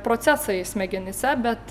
procesai smegenyse bet